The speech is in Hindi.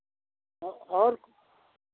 और और